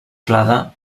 clade